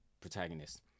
protagonist